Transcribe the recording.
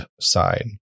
side